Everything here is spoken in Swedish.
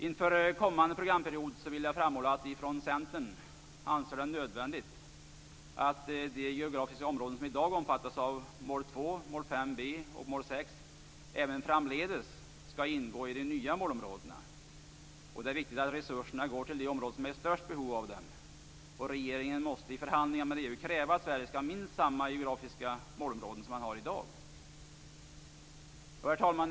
Inför kommande programperiod vill jag framhålla att vi från Centern anser det nödvändigt att de geografiska områden som i dag omfattas av mål 2, mål 5b och mål 6 även framdeles skall ingå i de nya målområdena. Det är viktigt att resurserna går till de områden som är i störst behov av dem. Regeringen måste i förhandlingar med EU kräva att Sverige skall ha minst samma geografiska målområden som man har i dag. Herr talman!